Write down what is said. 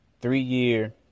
three-year